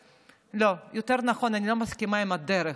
יותר נכון אני לא מסכימה עם הדרך,